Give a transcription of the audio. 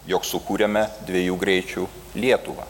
jog sukūrėme dviejų greičių lietuvą